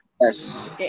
Yes